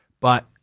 But-